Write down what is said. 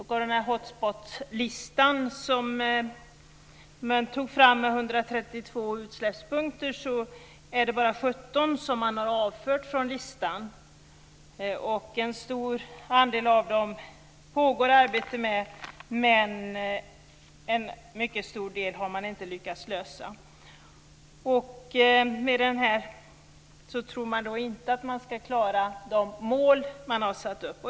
På den hot spot-lista man tagit fram med 132 utsläppspunkter är det bara 17 som har avförts från listan. En stor del pågår det arbete med, men en mycket stor del har man inte lyckats lösa. Utifrån detta tror man inte heller att man ska klara de mål som har satts upp.